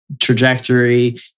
trajectory